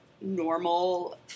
normal